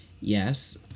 Yes